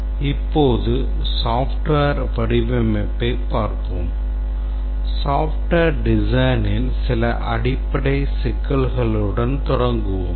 இப்போது software வடிவமைப்பைப் பார்ப்போம் software designஇல் சில அடிப்படை சிக்கல்களுடன் தொடங்குவோம்